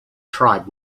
tribe